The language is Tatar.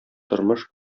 тормыш